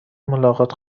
ملاقات